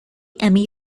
emmy